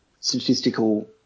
statistical